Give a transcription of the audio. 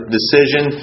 decision